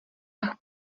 ach